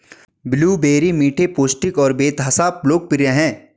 blueberry मीठे, पौष्टिक और बेतहाशा लोकप्रिय हैं